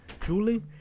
Julie